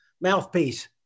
mouthpiece